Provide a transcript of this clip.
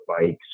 bikes